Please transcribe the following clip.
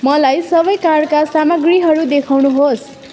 मलाई सबै कारका सामग्रीहरू देखाउनुहोस्